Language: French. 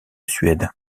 suède